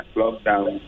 lockdown